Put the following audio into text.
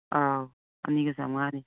ꯑꯧ ꯑꯅꯤꯒ ꯆꯃꯉꯥꯅꯤ